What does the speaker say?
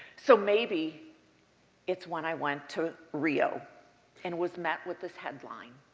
so, maybe it's when i went to rio and was met with this headline.